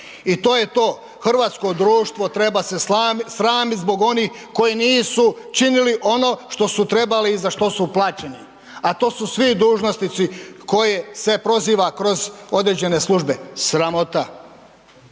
i to je to. Hrvatsko društvo treba se sramiti zbog onih koji nisu činili ono što su trebali i za što su plaćeni, a to su svi dužnosnici koje se proziva kroz određene službe, sramota.